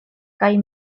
kaj